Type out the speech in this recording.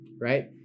right